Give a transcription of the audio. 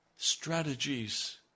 Strategies